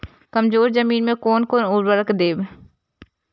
कमजोर जमीन में कोन कोन उर्वरक देब?